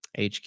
HQ